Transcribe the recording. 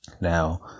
Now